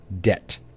debt